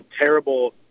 terrible